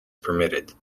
permitted